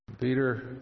Peter